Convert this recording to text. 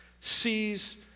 sees